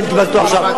כי קיבלתי אותו עכשיו.